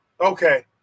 Okay